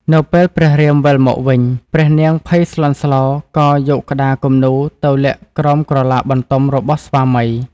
នៅពេលព្រះរាមវិលមកវិញ ព្រះនាងភ័យស្លន់ស្លោក៏យកក្តារគំនូរទៅលាក់ក្រោមក្រឡាបន្ទំរបស់ស្វាមី។